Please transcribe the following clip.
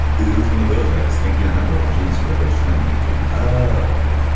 it was one of those i distinctly remember watching this for the first time and thinking, oh,